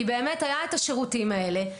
כי באמת היו את השירותים האלה.